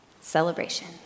celebration